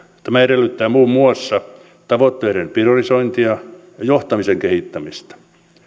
tämä edellyttää muun muassa tavoitteiden priorisointia ja johtamisen kehittämistä